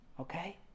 okay